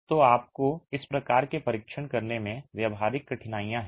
तो आपको इस प्रकार के परीक्षण करने में व्यावहारिक कठिनाइयाँ हैं